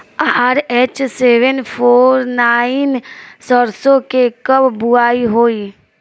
RH seven four nine सरसो के कब बुआई होई?